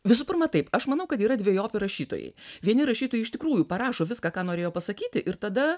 visų pirma taip aš manau kad yra dvejopi rašytojai vieni rašytojai iš tikrųjų parašo viską ką norėjo pasakyti ir tada